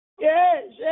Yes